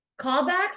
Callbacks